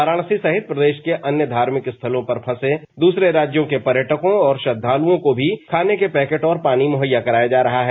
वाराणसी सहित प्रदेश के अन्य धार्मिक स्थलों पर फंसे दूसरे राज्यों के पर्यटकों और श्रद्वालुओं को भी खाने के पैकेट और पानी मुहैया कराया जा रहा है